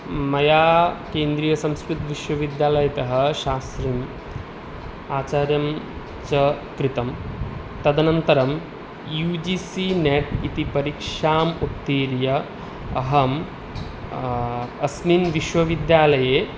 मया केन्द्रियसंस्कृतविश्वविद्यालयतः शास्रिम् आचार्यं च कृतं तदनन्तरं यु जि सि नेट् इति परीक्षाम् उत्तीर्य अहम् अस्मिन् विश्वविद्यालये